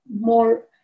more